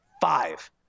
five